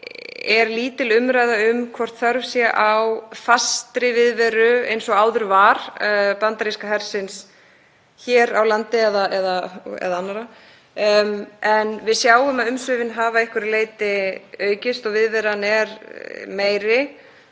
er lítil umræða um hvort þörf sé á fastri viðveru, eins og áður var, bandaríska hersins hér á landi eða annarra en við sjáum að umsvifin hafa að einhverju leyti aukist og viðveran er meiri